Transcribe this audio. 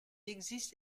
existe